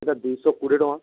ଏଇଟା ଦୁଇଶହ କୋଡ଼ିଏ ଟଙ୍କା